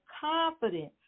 confidence